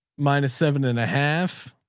minus seven and a half.